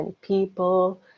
people